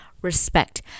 respect